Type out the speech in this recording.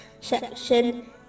section